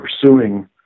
pursuing